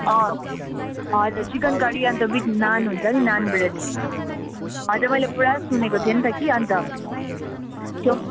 अँ हजुर chicken curry अन्त विथ नान हुन्छ नि नान ब्रेड हजुर मैले पुरा सुनेको थिए नि त कि अन्त त्यो पनि